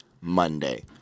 Monday